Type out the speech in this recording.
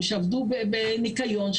שעבדו בניקיון.